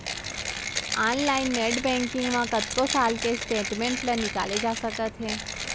online net banking म कतको साल के स्टेटमेंट ल निकाले जा सकत हे